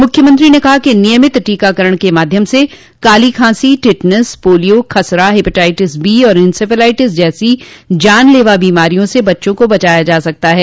मुख्यमंत्री ने कहा कि नियमित टीकाकरण के माध्यम से काली खासी टिटनेस पोलियों खसरा हेपेटाइटिस बी और इन्सेफेलाइटस जैसी जानलेवा बीमारियों से बच्चों को बचाया जा सकता है